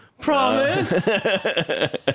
Promise